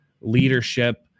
leadership